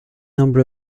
number